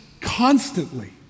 constantly